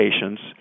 patients